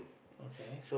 okay